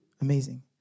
amazing